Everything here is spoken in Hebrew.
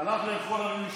הלך לאכול ואני נשארתי.